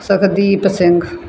Sukhdeep Singh